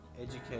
educate